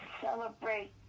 celebrate